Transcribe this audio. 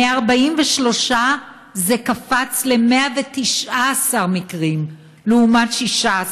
מ-43 זה קפץ ל-119 מקרים, לעומת 16,